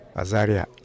azaria